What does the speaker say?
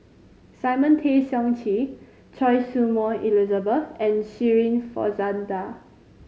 Simon Tay Seong Chee Choy Su Moi Elizabeth and Shirin Fozdar